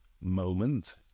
moment